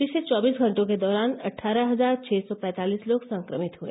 पिछले चौबीस घटों के दौरान अट्ठारह हजार छः सौ पैंतालिस लोग संक्रमित हुए